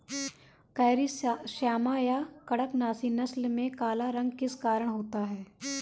Carry श्यामा या कड़कनाथी नस्ल में काला रंग किस कारण होता है?